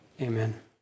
Amen